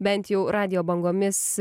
bent jau radijo bangomis